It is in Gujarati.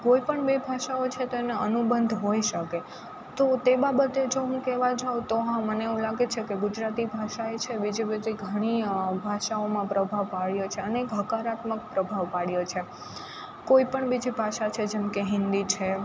કોઈપણ બે ભાષાઓ છે તો એમને અનુબંધ હોઇ શકે તો તે બાબતે જો હું કહેવા જાઉં તો હા મને એવું લાગે છે કે ગુજરાતી ભાષા એ છે બીજી બધી ઘણી ભાષાઓમાં પ્રભાવ પાડ્યો છે અને એક હકારાત્મક પ્રભાવ પાડ્યો છે કોઈપણ બીજી ભાષા છે જેમકે હિન્દી છે